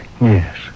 Yes